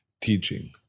teaching